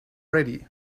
ready